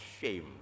Shame